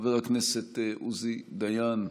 חבר הכנסת עוזי דיין,